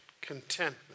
contentment